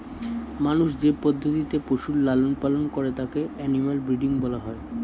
মানুষ যে পদ্ধতিতে পশুর লালন পালন করে তাকে অ্যানিমাল ব্রীডিং বলা হয়